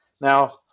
Now